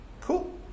Cool